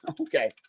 Okay